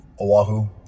Oahu